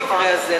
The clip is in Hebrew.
במקרה הזה,